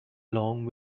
long